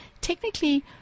technically